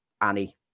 Annie